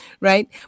right